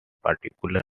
particular